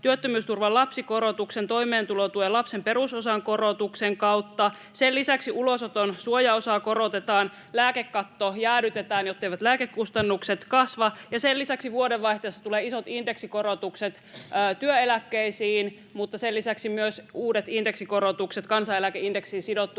työttömyysturvan lapsikorotuksen, toimeentulotuen lapsen perusosan korotuksen kautta. Sen lisäksi ulosoton suojaosaa korotetaan, lääkekatto jäädytetään, jotteivät lääkekustannukset kasva, ja sen lisäksi vuodenvaihteessa tulevat isot indeksikorotukset työeläkkeisiin, mutta sen lisäksi myös uudet indeksikorotukset kansaneläkeindeksiin sidottuihin